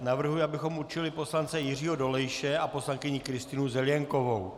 Navrhuji, abychom určili poslance Jiřího Dolejše a poslankyni Kristýnu Zelienkovou.